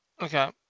okay